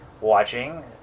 watching